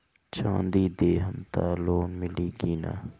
चाँदी देहम त लोन मिली की ना?